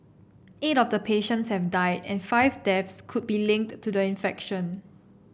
eight of the patients have died and five deaths could be linked to do the infection